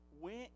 went